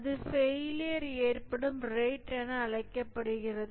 அது ஃபெயிலியர் ஏற்படும் ரேட் என அழைக்கப்படுகிறது